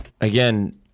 again